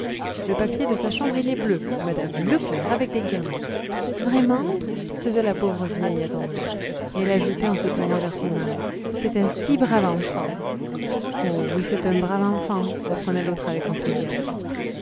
le papier de sa chambre il est bleu madame bleu clair avec des guirlandes vraiment faisait la pauvre vieille attendrie et elle ajoutait en se tournant vers son mari c'est un si brave enfant oh oui c'est un brave enfant reprenait l'autre avec enthousiasme